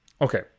okay